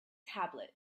tablet